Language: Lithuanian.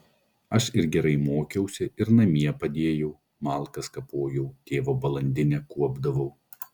aš ir gerai mokiausi ir namie padėjau malkas kapojau tėvo balandinę kuopdavau